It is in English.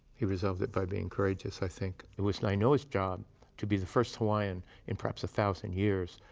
he resolved it by being courageous, i think. it was nainoa's job to be the first hawaiian in perhaps a thousand years,